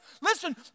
listen